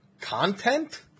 content